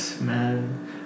man